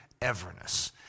everness